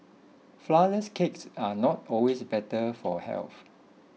Flourless Cakes are not always better for health